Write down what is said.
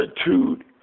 attitude